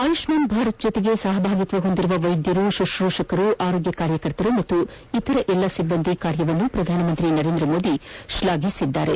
ಆಯುಷ್ಮಾನ್ ಭಾರತ್ ಜೊತೆಗೆ ಸಹಭಾಗಿತ್ವ ಹೊಂದಿರುವ ವೈದ್ಯರು ಶುಶ್ರೂಷಕರು ಆರೋಗ್ಯ ಕಾರ್ಯಕರ್ತರು ಹಾಗೂ ಎಲ್ಲ ಇತರ ಸಿಬ್ಬಂದಿಯ ಕಾರ್ಯವನ್ನು ಪ್ರಧಾನಮಂತ್ರಿ ನರೇಂದ್ರಮೋದಿ ಶ್ವಾಘಿಸಿದ್ದಾರೆ